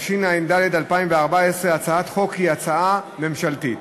התשע"ד 2014. הצעת החוק היא הצעה ממשלתית.